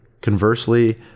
Conversely